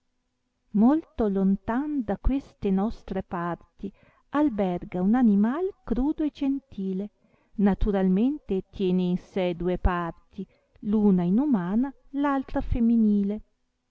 molto lontan da queste nostre parti alberga un animai crudo e gentile naturalmente tiene in sé due parti l una in umana l altra feminile